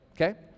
Okay